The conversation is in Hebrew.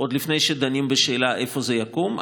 עוד לפני שדנים בשאלה איפה זה יקום,